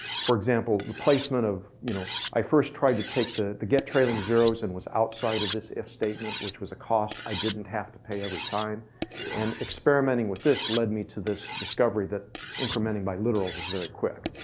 for example, the placement of, you know, i first tried to take the, to get trailing zeros and was outside of this if statement which was a cost i didn't have to pay every time and experimenting with this led me to this discovery that incrementing by literals is very quick.